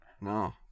No